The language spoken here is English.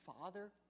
Father